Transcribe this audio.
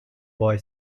boy